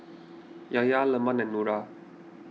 Yahya Leman and Nura